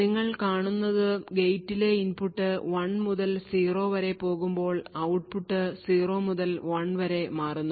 നിങ്ങൾ കാണുന്നത് ഗേറ്റിലെ ഇൻപുട്ട് 1 മുതൽ 0 വരെ പോകുമ്പോൾ ഔട്ട്പുട്ട് 0 മുതൽ 1 വരെ മാറുന്നു